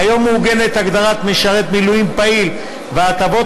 כיום מעוגנות הגדרת משרת מילואים פעיל וההטבות